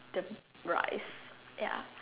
the rice ya